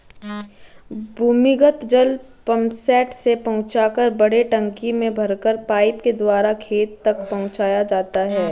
भूमिगत जल पम्पसेट से पहुँचाकर बड़े टंकी में भरकर पाइप के द्वारा खेत तक पहुँचाया जाता है